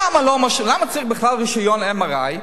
למה צריך בכלל רשיון ל-MRI?